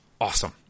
awesome